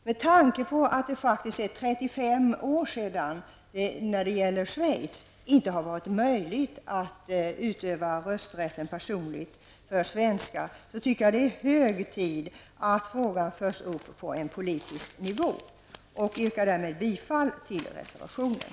Med tanke på att det faktiskt på 35 år i Schweiz inte har varit möjligt för svenskar att utöva rösträtten personligt tycker jag att det är hög tid att frågan förs upp på politisk nivå. Jag yrkar bifall till reservationen.